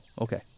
okay